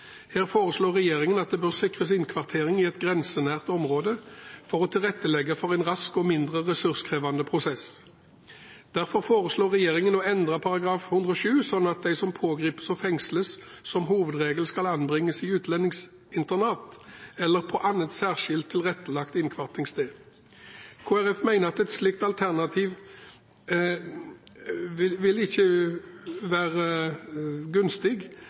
Her foreslår regjeringen at det bør sikres innkvartering i et grensenært område for å tilrettelegge for en rask og mindre ressurskrevende prosess. Derfor foreslår regjeringen å endre § 107, slik at de som pågripes og fengsles, som hovedregel skal anbringes i utlendingsinternat eller på annet særskilt tilrettelagt innkvarteringssted. Kristelig Folkeparti mener at et slikt alternativ ikke vil være gunstig